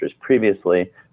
previously